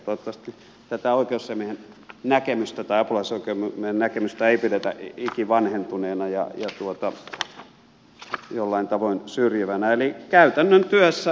toivottavasti tätä apulaisoikeusasiamiehen näkemystä ei pidetä ikivanhentuneena ja jollain tavoin syrjivänä